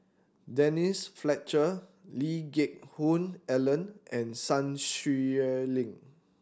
Denise Fletcher Lee Geck Hoon Ellen and Sun Xueling